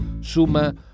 suma